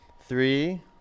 three